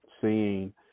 seeing